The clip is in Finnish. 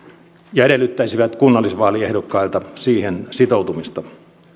ja edellyttäisivät kunnallisvaaliehdokkailta siihen sitoutumista